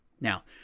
Now